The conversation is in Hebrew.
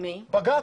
בג"ץ.